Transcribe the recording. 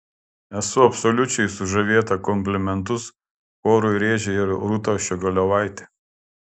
esu absoliučiai sužavėta komplimentus chorui žėrė ir rūta ščiogolevaitė